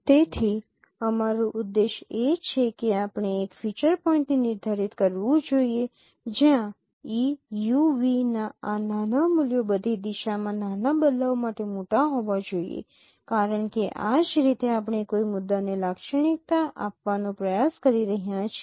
તેથી અમારું ઉદ્દેશ એ છે કે આપણે એક ફીચર પોઈન્ટને નિર્ધારિત કરવું જોઈએ જ્યાં Eu v ના આ મૂલ્યો બધી દિશામાં નાના બદલાવ માટે મોટા હોવા જોઈએ કારણ કે આ જ રીતે આપણે કોઈ મુદ્દાને લાક્ષણિકતા આપવાનો પ્રયાસ કરી રહ્યા છીએ